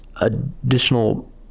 additional